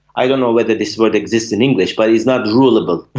i don't know whether this word exists in english but it is not rule-able.